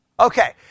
Okay